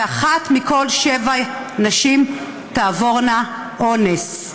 ואחת מכל שבע נשים תעבור אונס.